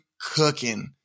cooking